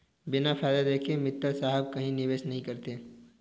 बिना फायदा देखे मित्तल साहब कहीं निवेश नहीं करते हैं